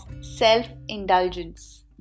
self-indulgence